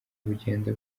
bugenda